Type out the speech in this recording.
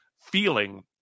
feeling